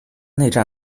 内战